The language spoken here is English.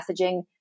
messaging